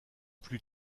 plus